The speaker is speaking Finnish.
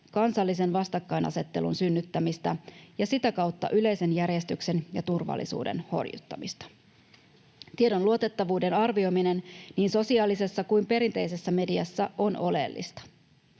kansallisen vastakkainasettelun synnyttämistä ja sitä kautta yleisen järjestyksen ja turvallisuuden horjuttamista. Tiedon luotettavuuden arvioiminen niin sosiaalisessa kuin perinteisessä mediassa on oleellista.